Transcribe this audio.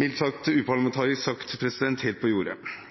mildt sagt – uparlamentarisk sagt – er helt på jordet.